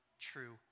true